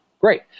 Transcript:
Great